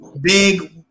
Big